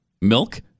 Milk